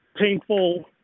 painful